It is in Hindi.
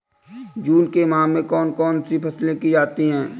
जून के माह में कौन कौन सी फसलें की जाती हैं?